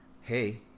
hey